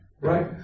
Right